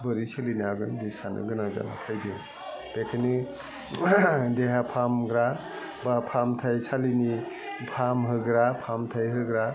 बोरै सोलिनो हागोन बि सान्नो गोनां जाना फैदों बेखानि देहा फाहामग्रा बा फाहामथाइ सालिनि फाहामहोग्रा फाहामथाइ होग्रा